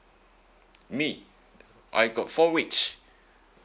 me I got four weeks